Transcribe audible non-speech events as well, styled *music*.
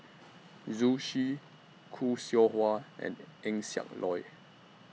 *noise* Zhu Xu Khoo Seow Hwa and Eng Siak Loy